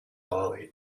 bali